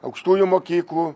aukštųjų mokyklų